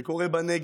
זה קורה בנגב,